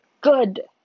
Good